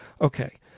Okay